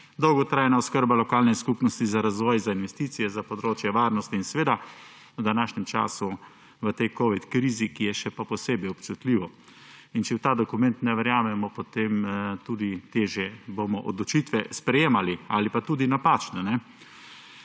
dolgotrajna oskrba, lokalne skupnosti, za razvoj, za investicije, za področje varnosti in v današnjem času v tej covid krizi, ki je še posebej občutljivo. In če v ta dokument ne verjamemo, potem bomo tudi težje odločitve sprejemali ali pa tudi napačne.